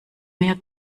mehr